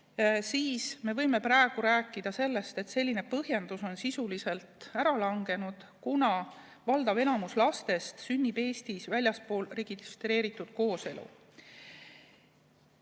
me võime rääkida sellest, et selline põhjendus on sisuliselt ära langenud, kuna valdav enamus lastest sünnib Eestis väljaspool registreeritud kooselu.